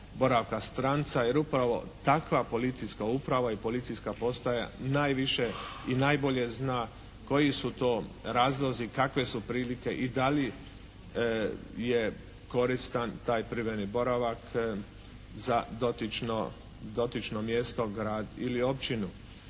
boravka stranca. Jer upravo takva policijska uprava i policijska postaja najviše i najbolje zna koji su to razlozi, kakve su prilike i da li je koristan taj privremeni boravak za dotično mjesto, grad ili općinu.